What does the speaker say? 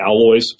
alloys